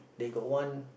then got one